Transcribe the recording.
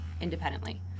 independently